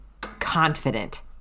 confident